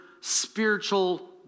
spiritual